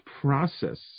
process